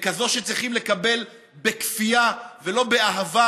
לכזאת שצריכים לקבל בכפייה ולא באהבה,